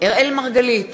אראל מרגלית,